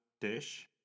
dish